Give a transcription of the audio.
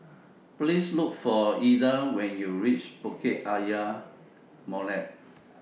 Please Look For Ilda when YOU REACH Bukit Ayer Molek